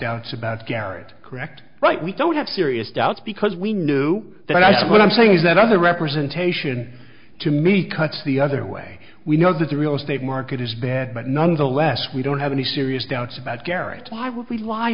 doubts about garrett correct right we don't have serious doubts because we knew that i guess what i'm saying is that the representation to me cuts the other way we know that the real estate market is bad but nonetheless we don't have any serious doubts about garrett why would we lie